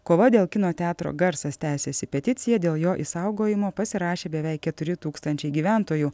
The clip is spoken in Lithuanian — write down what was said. kova dėl kino teatro garsas tęsiasi peticiją dėl jo išsaugojimo pasirašė beveik keturi tūkstančiai gyventojų